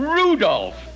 rudolph